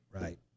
Right